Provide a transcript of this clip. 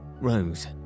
rose